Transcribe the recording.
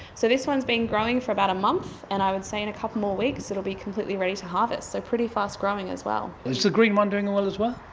so this one has been growing for about a month and i would say and a couple more weeks it will be completely ready to harvest, so pretty fast growing as well. is the green one doing well as well?